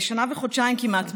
שנה וחודשיים כמעט,